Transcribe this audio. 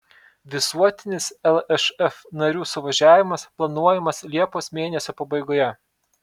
visuotinis lšf narių suvažiavimas planuojamas liepos mėnesio pabaigoje